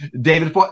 David